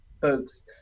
folks